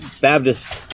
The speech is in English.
Baptist